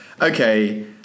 okay